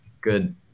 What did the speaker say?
good